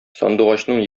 сандугачның